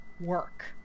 work